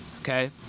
okay